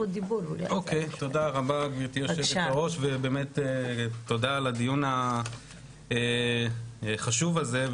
תודה רבה גבירתי יושבת-הראש ובאמת תודה על הדיון החשוב הזה.